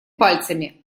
пальцами